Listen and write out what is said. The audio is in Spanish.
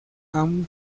han